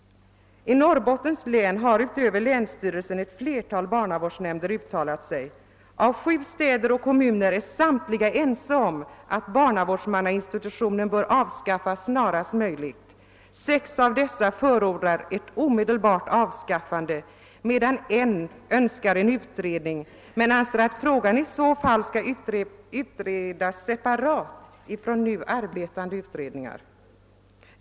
I Norrbottens län har utöver länsstyrelsen ett flertal barnavårdsnämnder uttalat sig. Av sju städer och kommuner är samtliga ense om att barnavårdsmannainstitutionen bör avskaffas snarast möjligt. Sex av dessa förordar ett omedelbart avskaffande, medan en önskar en utredning men anser att frågan i så fall bör utredas separat från nu arbetande utredningar.